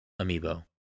Amiibo